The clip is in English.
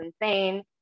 insane